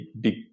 big